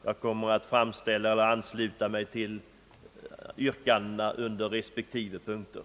Jag kommer att framställa eller ansluta mig till yrkanden under respektive punkter.